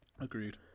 agreed